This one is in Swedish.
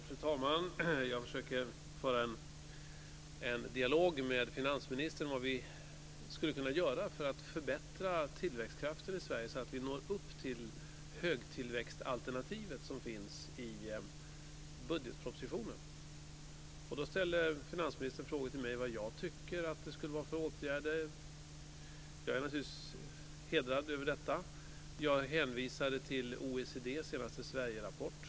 Fru talman! Jag försöker föra en dialog med finansministern om vad vi skulle kunna göra för att förbättra tillväxttakten i Sverige, så att vi når upp till det högtillväxtalternativ som finns i budgetpropositionen. Då ställer finansministern till mig frågan vilka åtgärder jag tycker att man ska vidta. Jag känner mig naturligtvis hedrad över detta. Jag har hänvisat till OECD:s senaste Sverigerapport.